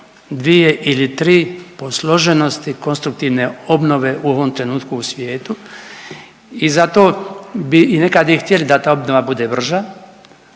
dvije ili tri posloženosti konstruktivne obnove u ovom trenutku u svijetu i zato bi i nekad i htjeli da ta obnova bude brža,